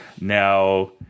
Now